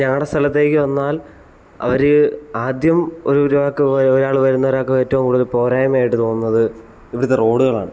ഞങ്ങളുടെ സ്ഥലത്തേക്ക് വന്നാൽ അവർ ആദ്യം ഒരു ഒരാൾക്ക് ഒരാൾ വരുന്ന ഒരാൾക്ക് ഏറ്റവും കൂടുതൽ പോരായ്മ ആയിട്ട് തോന്നുന്നത് ഇവിടുത്ത റോഡുകളാണ്